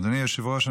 אדוני היושב-ראש,